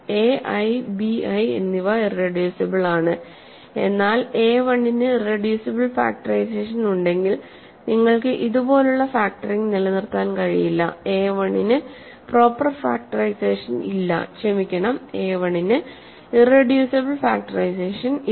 A i b i എന്നിവ irreducible ആണ് എന്നാൽ എ 1 ന് ഇറെഡ്യൂസിബിൾ ഫാക്ടറൈസേഷൻ ഉണ്ടെങ്കിൽ നിങ്ങൾക്ക് ഇതുപോലെയുള്ള ഫാക്റ്ററിംഗ് നിലനിർത്താൻ കഴിയില്ല എ 1 ന് പ്രോപ്പർ ഫാക്ടറൈസേഷൻ ഇല്ല ക്ഷമിക്കണം a1 ന് ഇറെഡ്യൂസിബിൾ ഫാക്ടറൈസേഷൻ ഇല്ല